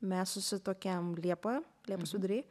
mes susituokėm liepą liepos vidury